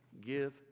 Give